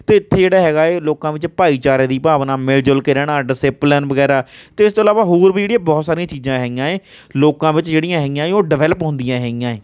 ਅਤੇ ਇੱਥੇ ਜਿਹੜਾ ਹੈਗਾ ਲੋਕਾਂ ਵਿੱਚ ਭਾਈਚਾਰੇ ਦੀ ਭਾਵਨਾ ਮਿਲ ਜੁਲ ਕੇ ਰਹਿਣਾ ਡਿਸਿਪਲਨ ਵਗੈਰਾ ਅਤੇ ਇਸ ਤੋਂ ਇਲਾਵਾ ਹੋਰ ਵੀ ਜਿਹੜੀਆ ਬਹੁਤ ਸਾਰੀਆਂ ਚੀਜ਼ਾਂ ਹੈਗੀਆਂ ਏ ਲੋਕਾਂ ਵਿੱਚ ਜਿਹੜੀਆਂ ਹੈਗੀਆਂ ਉਹ ਡਿਵੈਲਪ ਹੁੰਦੀਆਂ ਹੈਗੀਆਂ ਏ